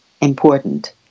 important